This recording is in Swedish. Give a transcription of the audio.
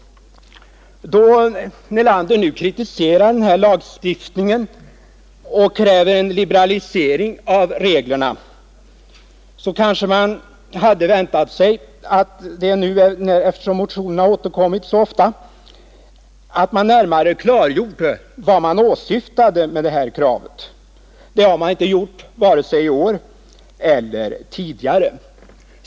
Då herr Nelander nu kritiserar den här lagstiftningen och kräver en liberalisering av reglerna, så kanske man hade väntat sig att han, eftersom motionen har återkommit så ofta, närmare skulle ha klargjort vad som åsyftas med kravet. Det har motionärerna inte gjort vare sig i år eller tidigare.